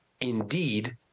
indeed